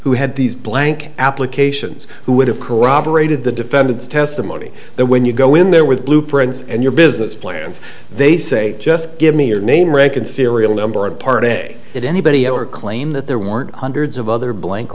who had these blank applications who would have corroborated the defendant's testimony that when you go in there with blueprints and your business plans they say just give me your name rank and serial number and part of it anybody else claim that there weren't hundreds of other blank